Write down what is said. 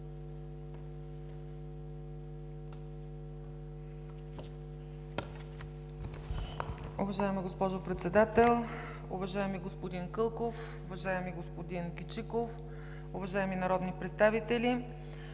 Уважаема госпожо Председател, уважаеми господин Кълков, уважаеми господин Кичиков, уважаеми народни представители!